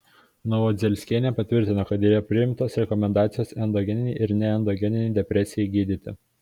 novodzelskienė patvirtino kad yra priimtos rekomendacijos endogeninei ir neendogeninei depresijai gydyti